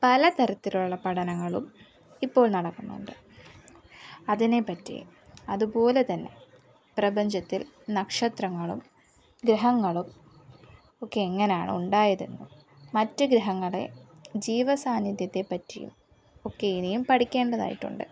പലതരത്തിലുള്ള പഠനങ്ങളും ഇപ്പോൾ നടക്കുന്നുണ്ട് അതിനെ പറ്റി അതുപോലെ തന്നെ പ്രപഞ്ചത്തിൽ നക്ഷത്രങ്ങളും ഗ്രഹങ്ങളും ഒക്കെ എങ്ങനെയാണ് ഉണ്ടായതെന്നും മറ്റു ഗ്രഹങ്ങളിലെ ജീവസാന്നിദ്ധ്യത്തെ പറ്റിയും ഒക്കെ ഇനിയും പഠിക്കേണ്ടതായിട്ടുണ്ട്